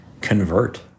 convert